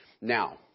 Now